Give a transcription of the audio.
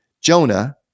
Jonah